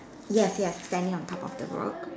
yes yes standing on top of the rock